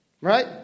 Right